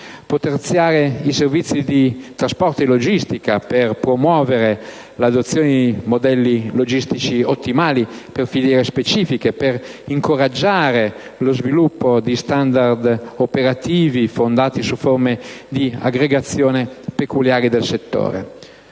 potenziando i servizi di trasporto e di logistica, per promuovere l'adozione di modelli logistici ottimali per filiere specifiche, per incoraggiare lo sviluppo di standard operativi fondati su forme di aggregazione peculiari del settore.